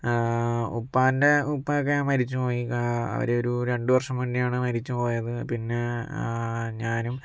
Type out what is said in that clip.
ഉപ്പാൻ്റെ ഉപ്പയൊക്കെ മരിച്ചു പോയി അവരൊരു രണ്ടുവർഷം മുന്നേയാണ് മരിച്ചു പോയത് പിന്നെ ഞാനും